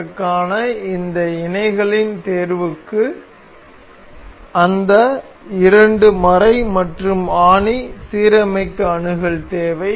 இதற்கான இந்த இணைகளின் தேர்வுக்கு இந்த இரண்டு மறை மற்றும் ஆணி சீரமைக்க அணுகல் தேவை